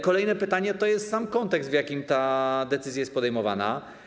Kolejne pytanie dotyczy samego kontekstu, w jakim ta decyzja jest podejmowana.